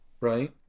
Right